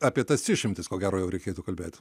apie tas išimtis ko gero jau reikėtų kalbėt